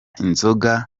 inzoga